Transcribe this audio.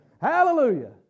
Hallelujah